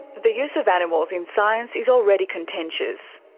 the use of animals in science is already contentious.